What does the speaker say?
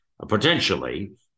Potentially